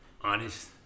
Honest